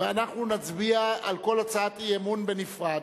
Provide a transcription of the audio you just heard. ואנחנו נצביע על כל הצעת אי-אמון בנפרד.